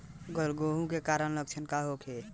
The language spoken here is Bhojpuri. गलघोंटु के कारण लक्षण का होखे?